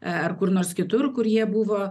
ar kur nors kitur kurie buvo